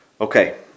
Okay